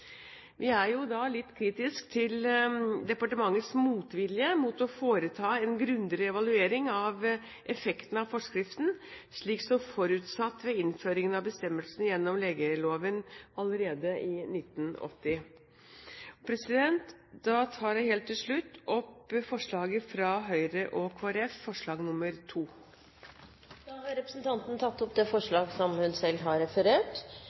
Vi er jo da litt kritisk til departementets motvilje mot å foreta en grundigere evaluering av effekten av forskriften, slik som forutsatt ved innføringen av bestemmelsen gjennom legeloven allerede i 1980. Da tar jeg helt til slutt opp forslaget fra Høyre og Kristelig Folkeparti, forslag nr. 2. Da har representanten Sonja Irene Sjøli tatt opp det